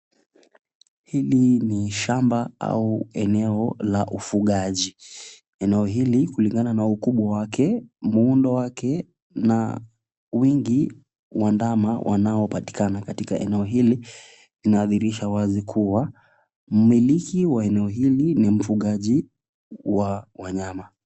Hili ni shamba au eneo la ufugaji , eneo hili kulingana na ukubwa wake, muundo wake na wingi wa ndama wanaopatikana katika eneo hili inadhihirisha wazi kuwa , mmiliki wa eneo hili ni mfugaji wa wanyama.